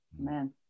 amen